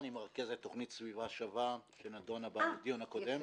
אני מרכז תוכנית סביבה שווה שנדונה בדיון הקודם.